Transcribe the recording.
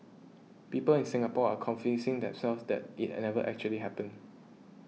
people in Singapore are convincing themselves that it had never actually happened